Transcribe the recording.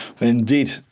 Indeed